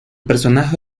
personaje